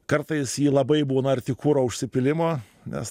kartais ji labai būna arti kuro užsipylimo nes